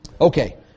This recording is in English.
Okay